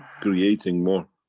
creating more.